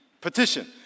petition